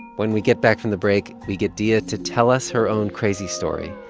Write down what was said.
when we get back from the break, we get diaa to tell us her own crazy story.